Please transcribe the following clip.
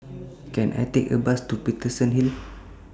Can I Take A Bus to Paterson Hill